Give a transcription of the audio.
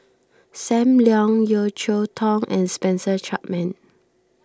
Sam Leong Yeo Cheow Tong and Spencer Chapman